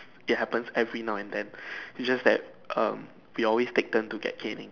it happens every now and then it just that um we always take turns to have caning